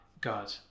God